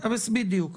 בדיוק.